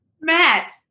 Matt